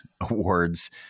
awards